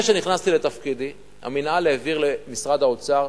לפני שנכנסתי לתפקידי, המינהל העביר למשרד האוצר